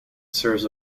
serves